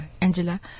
Angela